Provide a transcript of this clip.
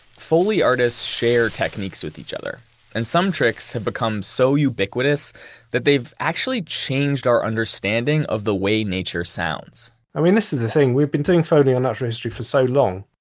foley artists share techniques with each other and some tricks have become so ubiquitous that they've actually changed our understanding of the way nature nature sounds i mean, this is the thing, we've been doing foley and natural history for so long,